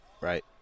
Right